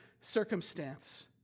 circumstance